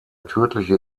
tödliche